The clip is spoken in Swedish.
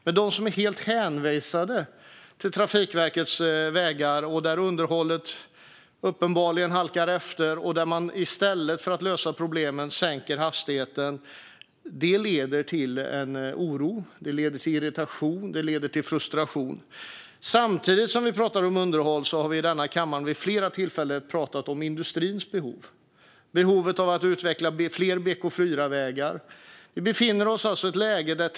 Men för dem som är helt hänvisade till Trafikverkets vägar, där underhållet uppenbarligen halkar efter och där man i stället för att lösa problemen sänker hastighetsgränsen, leder det till oro, irritation och frustration. Samtidigt som vi talar om underhåll har vi i denna kammare vid flera tillfällen talat om industrins behov av utveckling av fler BK4-vägar.